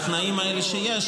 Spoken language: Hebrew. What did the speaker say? בתנאים האלה שיש,